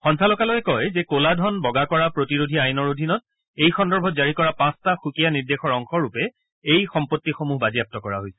সঞ্চালকালয়ে কয় যে ক'লা ধন বগা কৰা প্ৰতিৰোধী আইনৰ অধীনত এই সন্দৰ্ভত জাৰি কৰা পাঁচটা সুকীয়া নিৰ্দেশৰ অংশৰূপে এই সম্পত্তিসমূহ বাজেয়াপ্ত কৰা হৈছে